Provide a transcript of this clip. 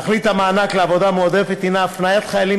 תכלית המענק לעבודה מועדפת היא הפניית חיילים